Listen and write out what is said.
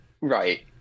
right